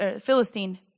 Philistine